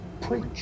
preach